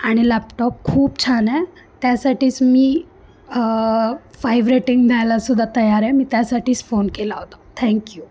आणि लॅपटॉप खूप छान आहे त्यासाठीच मी फाईव्ह रेटिंग द्यायलासुद्धा तयार आहे मी त्यासाठीच फोन केला होता थँक्यू